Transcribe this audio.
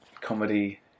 comedy